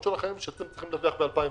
שלנו שאנחנו צריכים לדווח ב-2021.